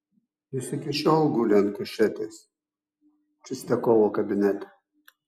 jis iki šiol guli ant kušetės čistiakovo kabinete